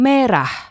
Merah